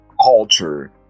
culture